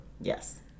Yes